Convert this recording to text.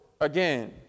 again